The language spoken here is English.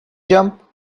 jump